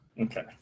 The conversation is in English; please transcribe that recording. Okay